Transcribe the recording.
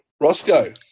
Roscoe